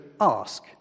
ask